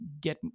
get